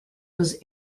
was